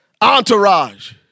Entourage